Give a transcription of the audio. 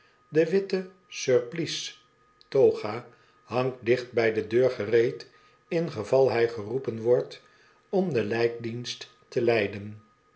de witte surplice toga hangt dicht bij do deur gereed ingeval hij geroepen wordt om den lijkdienst te leiden